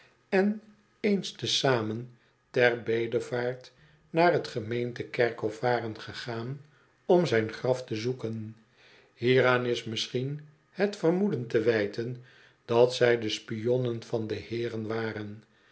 en eens te zamen ter bedevaart naar t gemeente kerkhof waren gegaan om zijn graf te zoeken hieraan is misschien het vermoeden te wijten dat zij de spionnen van de heeren waren